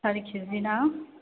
सारि केजि ना